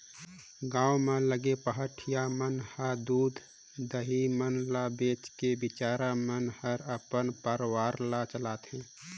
गांव म लगे पहाटिया मन ह दूद, दही मन ल बेच के बिचारा मन हर अपन परवार ल चलाथे